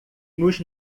nos